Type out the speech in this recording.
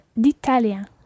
d'italien